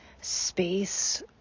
space